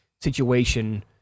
situation